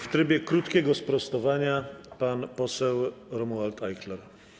W trybie krótkiego sprostowania pan poseł Romuald Ajchler.